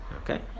Okay